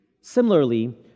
Similarly